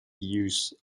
use